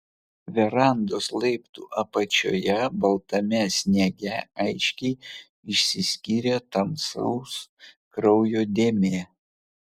verandos laiptų apačioje baltame sniege aiškiai išsiskyrė tamsaus kraujo dėmė